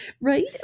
Right